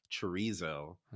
chorizo